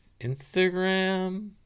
Instagram